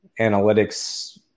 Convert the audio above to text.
analytics